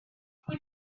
pwy